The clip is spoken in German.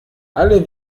alle